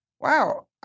wow